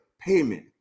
payment